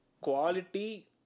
quality